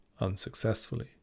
unsuccessfully